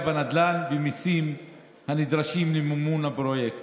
בנדל"ן ובמיסים הנדרשים למימון הפרויקט.